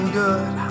good